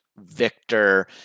victor